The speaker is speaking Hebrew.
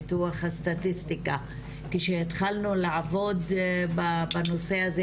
ניתוח הסטטיסטיקה כשהתחלנו לעבוד בנושא הזה,